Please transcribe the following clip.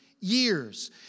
years